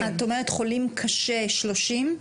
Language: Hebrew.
את אומרת חולים קשה, 30?